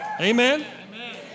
Amen